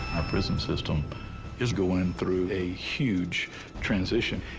prison system is going through a huge transition.